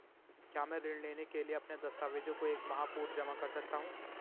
क्या मैं ऋण लेने के लिए अपने दस्तावेज़ों को एक माह पूर्व जमा कर सकता हूँ?